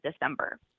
December